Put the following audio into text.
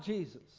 Jesus